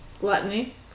Gluttony